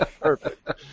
Perfect